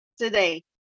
today